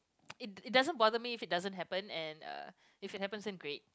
it it bother me if it doesn't happen and if happens then great